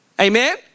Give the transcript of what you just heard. Amen